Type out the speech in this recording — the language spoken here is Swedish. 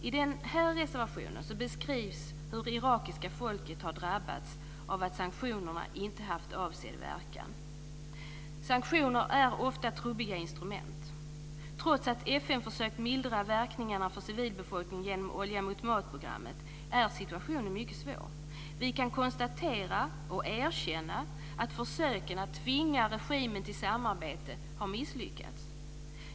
I den här reservationen beskrivs hur det irakiska folket har drabbats av att sanktionerna inte haft avsedd verkan. Sanktioner är ofta trubbiga instrument. Trots att FN försökt mildra verkningarna för civilbefolkningen genom olja-mot-mat-programmet är situationen mycket svår. Vi kan konstatera och erkänna att försöken att tvinga regimen till samarbete har misslyckats.